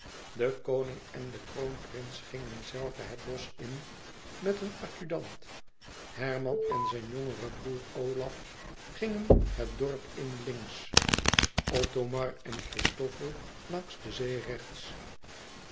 de koning en de kroonprins gingen zelve het bosch in met een adjudant herman en zijn jongere broêr olaf gingen het dorp in links othomar en christofel langs de zee rechts